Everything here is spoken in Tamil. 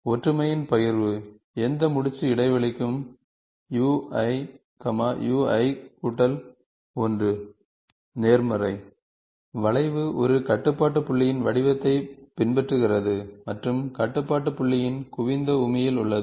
ஒற்றுமையின் பகிர்வு எந்த முடிச்சு இடைவெளிக்கும்ui ui1 நேர் மறை வளைவு ஒரு கட்டுப்பாட்டு புள்ளியின் வடிவத்தைப் பின்பற்றுகிறது மற்றும் கட்டுப்பாட்டு புள்ளியின் குவிந்த உமியில் உள்ளது